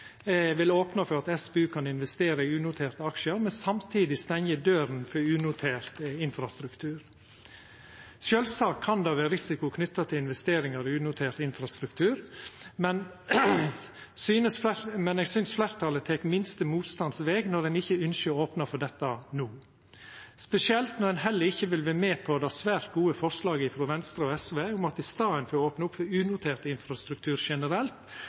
vil opna for at SPU kan investera i unoterte aksjar, men samtidig stengjer døra for unotert infrastruktur. Sjølvsagt kan det vera risiko knytt til investeringar i unotert infrastruktur, men eg synest fleirtalet tek minste motstands veg når ein ikkje ynskjer å opna for dette no – spesielt når ein heller ikkje vil vera med på det svært gode forslaget frå Venstre og SV om at i staden for å opna opp for unotert infrastruktur generelt